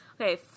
Okay